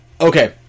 okay